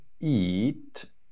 eat